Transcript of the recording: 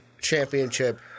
championship